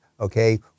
Okay